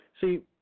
See